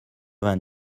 vingt